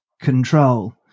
control